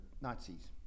Nazis